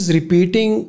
repeating